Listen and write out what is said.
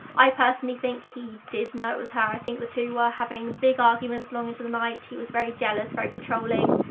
i personally think he did know it was her. i think the two were having big arguments long into the night he was very jealous. very controlling.